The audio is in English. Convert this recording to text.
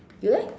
you leh